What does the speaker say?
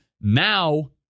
now